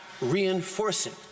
reinforcing